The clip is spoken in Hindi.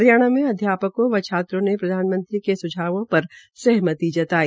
हरियाणा में अध्यापकों व छात्रों ने प्रधानमंत्री के सुझावों पर सहमति जताई